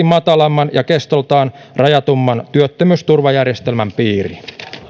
matalamman ja kestoltaan rajatumman työttömyysturvajärjestelmän piiriin